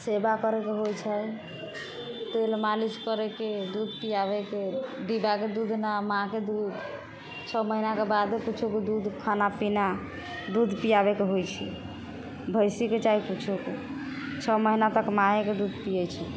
सेवा करैके होइ छै तेल मालिश करैके दूध पिआबैके डिब्बाके दूध नहि माँके दूध छओ महिनाके बादे किछुके दूध खाना पीना दूध पिआबैके होइ छै भैंसीके चाहे किछुके छओ महीना तक माँयके दूध पियै छै